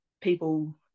people